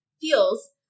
feels